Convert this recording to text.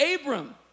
Abram